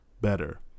better